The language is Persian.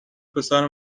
پسر